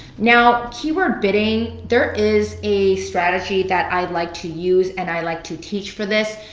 now, keyword bidding, there is a strategy that i like to use and i like to teach for this.